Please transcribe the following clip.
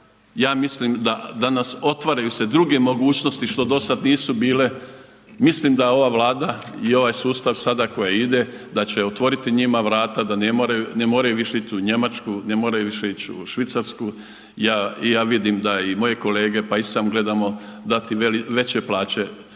ja mislim da danas otvaraju se druge mogućnosti što do sad nisu bile, mislim da ova Vlada i ovaj sustav sada koji ide, da će otvoriti njima vrata da ne moraju više ići u Njemačku, ne moraju više ići u Švicarsku i ja vidim da i moje kolege pa i sam gledamo dati veće plaće